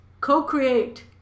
co-create